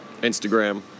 Instagram